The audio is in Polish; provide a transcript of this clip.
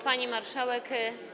Pani Marszałek!